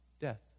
Death